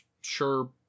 sure